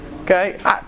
Okay